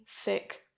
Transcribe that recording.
thick